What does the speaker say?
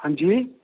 हांजी